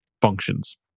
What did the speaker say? functions